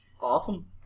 Awesome